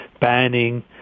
banning